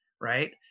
right